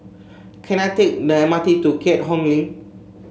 can I take the M R T to Keat Hong Link